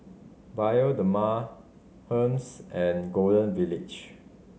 Bioderma Hermes and Golden Village